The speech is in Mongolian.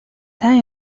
сайн